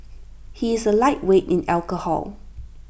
he is A lightweight in alcohol